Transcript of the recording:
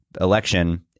election